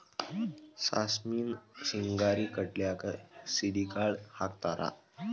ಸಾಸ್ಮಿನ ಹಿಂಗಾರಿ ಕಡ್ಲ್ಯಾಗ ಸಿಡಿಗಾಳ ಹಾಕತಾರ